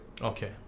Okay